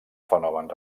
fenomen